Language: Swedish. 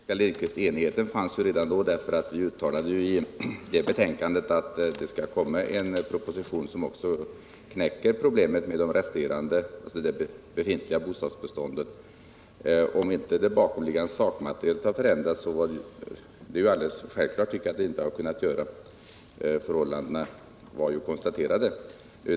Herr talman! Enigheten fanns redan då. Vi skrev nämligen i betänkandet att det skulle komma en proposition som knäcker problemen med det befintliga bostadsbeståndet. Att det bakomliggande sakmaterialet inte har förändrats är ju alldeles självklart. Förhållandena var konstaterade.